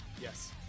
Yes